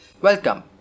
Welcome